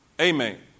Amen